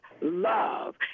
love